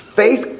faith